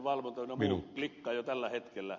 klikkaa jo tällä hetkellä